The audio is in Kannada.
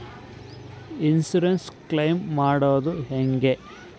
ಇನ್ಸುರೆನ್ಸ್ ಕ್ಲೈಮ್ ಮಾಡದು ಹೆಂಗೆ?